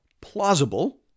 plausible